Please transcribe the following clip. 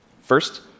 First